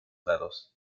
lados